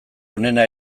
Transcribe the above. onena